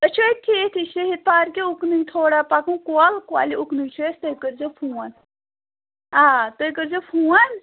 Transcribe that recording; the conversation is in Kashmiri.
أسۍ چھِ أتۍتھٕے أتۍ تھٕے شہیٖد پارکہِ تھوڑا اُکنُے تھوڑا پَکُن کۄل کۄلہِ اُکنٕکۍ چھِ أسۍ تُہۍ کٔرۍزیٚو فون آ تُہۍ کٔرۍزیٚو فون